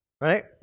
right